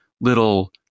little